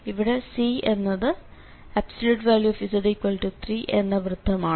ഇവിടെ C എന്നത് z3 എന്ന വൃത്തമാണ്